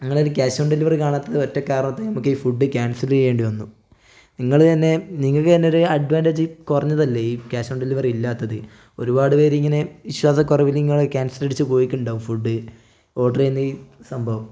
നിങ്ങളേൽ cash on delivery കാണാത്തൊരു ഒറ്റ കാരണത്തിൽ നമുക്ക് ഈ ഫുഡ് ക്യാൻസല് ചെയ്യേണ്ടി വന്നു നിങ്ങള് തന്നെ നിങ്ങൾക്ക് തന്നെ ഒരു അഡ്വാൻറ്റേജ് കുറഞ്ഞത് അല്ലെ ഈ ക്യാഷ് ഓൺ ഡെലിവറി ഇല്ലാത്തത് ഒരുപാട് പേരിങ്ങിനെ വിശ്വാസക്കുറവിൽ ഇങ്ങനെ ക്യാൻസൽ അടിച്ചു പോയിട്ടുണ്ടാകും ഫുഡ് ഓർഡർ ചെയുന്ന ഈ സംഭവം